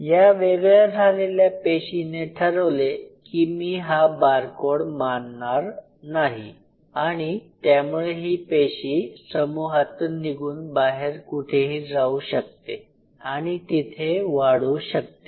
या वेगळ्या झालेल्या पेशीने ठरवले कि मी हा बारकोड मानणार नाही आणि त्यामुळे ही पेशी समूहातून निघून बाहेर कुठेही जाऊ शकते आणि तिथे वाढू शकते